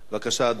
7769,